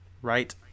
Right